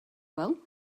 well